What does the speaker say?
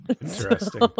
Interesting